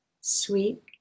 Sweet